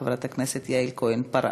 חברת הכנסת יעל כהן-פארן,